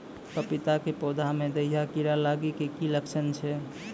पपीता के पौधा मे दहिया कीड़ा लागे के की लक्छण छै?